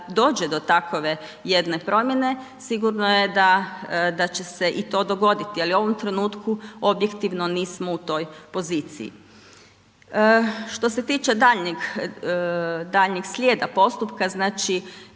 dođe do takove jedne promjene, sigurno je da će se i to dogoditi, ali u ovom trenutku objektivno nismo u toj poziciji. Što se tiče daljnjeg slijeda postupka, javni